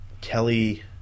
Kelly